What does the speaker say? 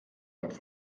hat